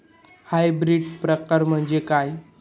Hybrid प्रकार म्हणजे काय?